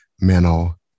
mental